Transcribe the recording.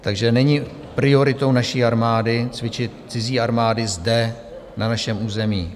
Takže není prioritou naší armády cvičit cizí armády zde na našem území.